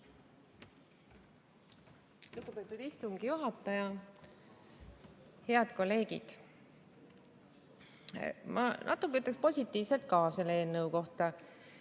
Lugupeetud istungi juhataja! Head kolleegid! Ma natuke ütleks positiivset ka selle eelnõu kohta.